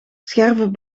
scherven